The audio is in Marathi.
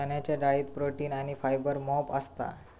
चण्याच्या डाळीत प्रोटीन आणी फायबर मोप असता